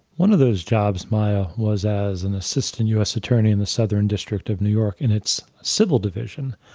one of those jobs, maya, was as an assistant us attorney in the southern district of new york in its civil division.